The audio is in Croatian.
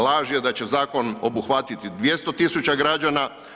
Laž je da će zakon obuhvatiti 200.000 građana.